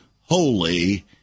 holy